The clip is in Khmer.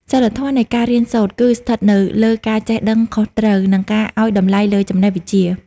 សីលធម៌នៃការរៀនសូត្រ គឺស្ថិតនៅលើការចេះដឹងខុសត្រូវ និងការឱ្យតម្លៃលើចំណេះវិជ្ជា។